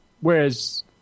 Whereas